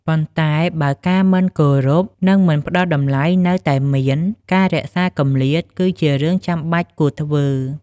ប៉ុន្តែ បើការមិនគោរព និងមិនផ្ដល់តម្លៃនៅតែមាន ការរក្សាគម្លាតគឺជារឿងចាំបាច់គួរធ្វើ។